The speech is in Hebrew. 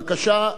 בבקשה.